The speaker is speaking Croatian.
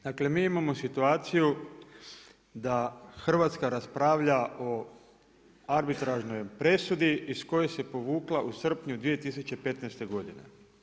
Dakle mi imamo situaciju da Hrvatska raspravlja o arbitražnoj presudi iz koje se povukla u srpnju 2015. godine.